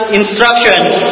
instructions